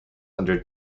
under